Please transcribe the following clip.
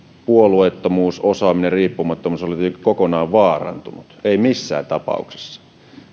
puolueettomuus osaaminen riippumattomuus olisi kokonaan vaarantunut ei missään tapauksessa